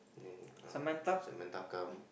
then uh Samantha come